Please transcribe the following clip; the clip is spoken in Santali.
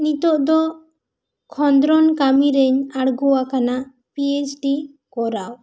ᱱᱤᱛᱚᱜ ᱫᱚ ᱠᱷᱚᱸᱫᱽᱨᱚᱱ ᱠᱟᱹᱢᱤ ᱨᱮᱧ ᱟᱬᱜᱚ ᱟᱠᱟᱱᱟ ᱯᱤ ᱮᱭᱤᱪ ᱰᱤ ᱠᱚᱨᱟᱣ